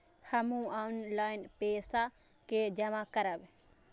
हमू ऑनलाईनपेसा के जमा करब?